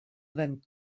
than